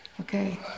Okay